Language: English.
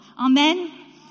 Amen